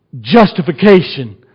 justification